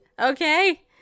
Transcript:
okay